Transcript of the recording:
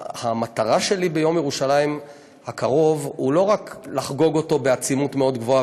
המטרה שלי ביום ירושלים הקרוב היא לא רק לחגוג אותו בעצימות מאוד גבוהה,